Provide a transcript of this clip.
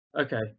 Okay